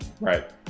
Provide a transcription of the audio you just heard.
right